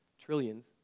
trillions